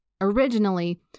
originally